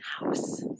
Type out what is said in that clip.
house